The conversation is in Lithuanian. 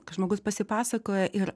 kai žmogus pasipasakoja ir